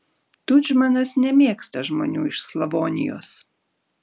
tudžmanas nemėgsta žmonių iš slavonijos